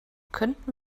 könnten